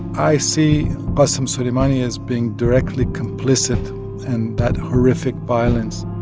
i see but qassem soleimani as being directly complicit in that horrific violence